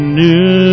new